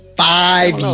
five